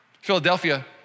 Philadelphia